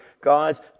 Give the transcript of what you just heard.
Guys